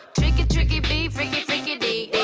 tricky trickybi, freaky freaky di-di.